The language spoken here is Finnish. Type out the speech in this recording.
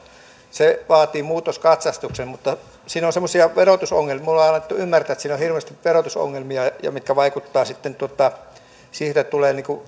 se vaatii muutoskatsastuksen mutta siinä on verotusongelmia minulle on annettu ymmärtää että siinä on hirveästi verotusongelmia mitkä vaikuttavat sitten siihen että tulee